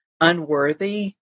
unworthy